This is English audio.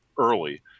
early